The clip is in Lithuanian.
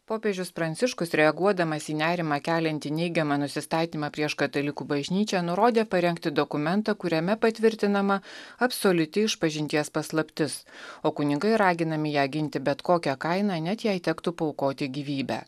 popiežius pranciškus reaguodamas į nerimą keliantį neigiamą nusistatymą prieš katalikų bažnyčią nurodė parengti dokumentą kuriame patvirtinama absoliuti išpažinties paslaptis o kunigai raginami ją ginti bet kokia kaina net jei tektų paaukoti gyvybę